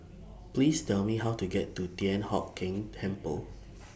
Please Tell Me How to get to Thian Hock Keng Temple